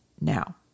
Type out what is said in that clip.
Now